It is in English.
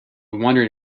wondered